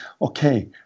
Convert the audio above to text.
Okay